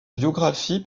biographie